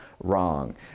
wrong